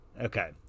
Okay